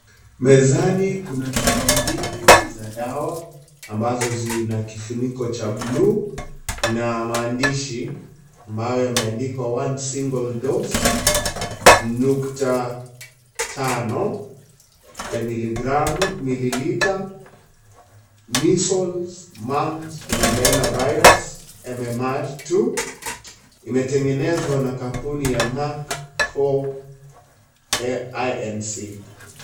Mezani kuna chupa mbili za dawa ambazo, zina kifuniko cha buluu, na maandishi, ambayo yameandikwa one single doze , nukta tano, ya miligramu mililita. Measles, Mumps, Rubella virus, MMR 2 , imetengenezwa na kampuni ya Merck &co, INC.